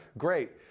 great.